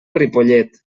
ripollet